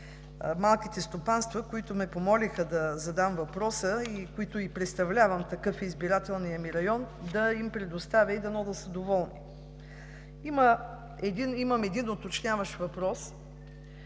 малките стопанства, които ме помолиха да задам въпроса и които представлявам – такъв е и избирателният ми район, да им я предоставя, и дано да са доволни. Имам един уточняващ въпрос,